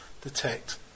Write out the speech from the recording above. detect